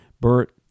Bert